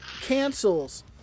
cancels